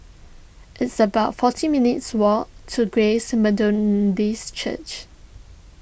it's about forty minutes' walk to Grace Methodist Church